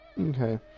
Okay